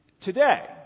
today